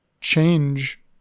change